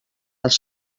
als